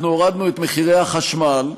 אנחנו הורדנו את מחירי החשמל.